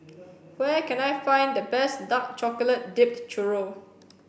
where can I find the best Dark Chocolate Dipped Churro